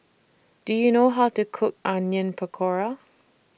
Do YOU know How to Cook Onion Pakora